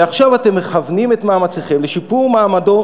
ועכשיו אתם מכוונים את מאמציכם לשיפור מעמדו